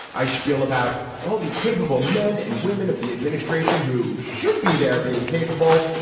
i shpiel about all the capable men and women of the administration who should be there being capable,